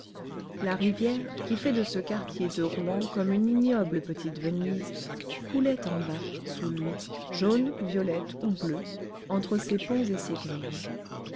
la rivière qui fait de ce quartier de rouen comme une ignoble petite venise coulait en bas sous lui jaune violette ou bleue entre ses ponts et ses grilles